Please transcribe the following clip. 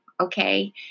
okay